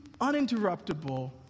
uninterruptible